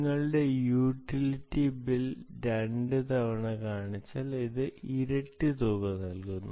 നിങ്ങളുടെ utility bill രണ്ടുതവണ കാണിച്ചാൽ അത് ഇരട്ടി തുക നൽകുന്നു